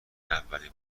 اولین